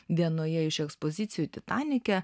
vienoje iš ekspozicijų titanike